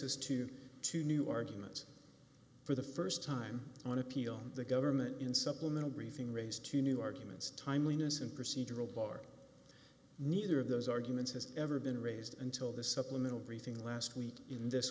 us to two new arguments for the st time on appeal on the government in supplemental briefing raised to new arguments timeliness and procedural bar neither of those arguments has ever been raised until the supplemental everything last week in this